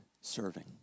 serving